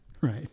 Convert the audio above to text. Right